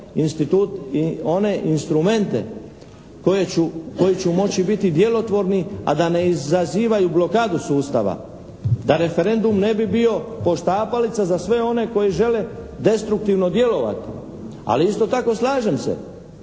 propisati one instrumente koji će moći biti djelotvorni, a da ne izazivaju blokadu sustava. Da referendum ne bi bio poštapalica za sve one koji žele destruktivno djelovati. Ali isto tako slažem se,